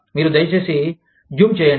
మీరు దయచేసి జూమ్ చేయండి